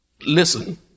Listen